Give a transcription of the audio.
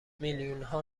میلیونها